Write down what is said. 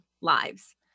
lives